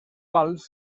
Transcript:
quals